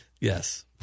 Yes